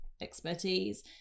expertise